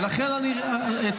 ולכן אני הצעתי,